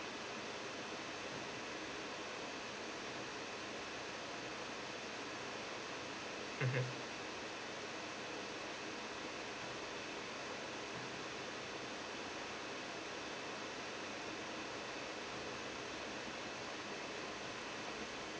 mmhmm